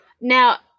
Now